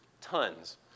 Tons